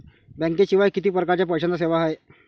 बँकेशिवाय किती परकारच्या पैशांच्या सेवा हाय?